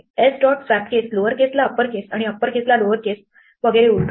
s dot swapcase lower केसला upper case आणि upper case ला लोअर केस वगैरे उलटवेल